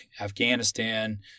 Afghanistan